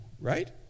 right